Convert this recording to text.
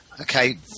okay